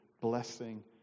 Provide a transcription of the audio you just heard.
blessing